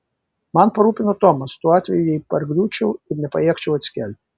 man parūpino tomas tuo atveju jei pargriūčiau ir nepajėgčiau atsikelti